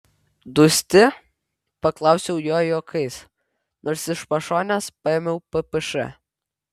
dusti paklausiau jo juokais nors iš pašonės paėmiau ppš